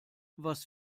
was